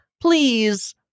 please